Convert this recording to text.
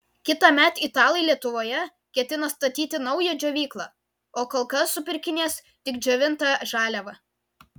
kitąmet italai lietuvoje ketina statyti naują džiovyklą o kol kas supirkinės tik džiovintą žaliavą